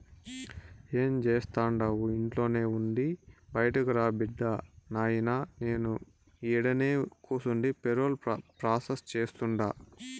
ఏం జేస్తండావు ఇంట్లోనే ఉండి బైటకురా బిడ్డా, నాయినా నేను ఈడనే కూసుండి పేరోల్ ప్రాసెస్ సేస్తుండా